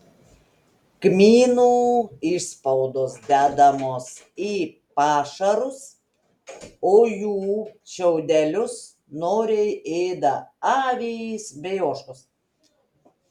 kmynų išspaudos dedamos į pašarus o jų šiaudelius noriai ėda avys bei ožkos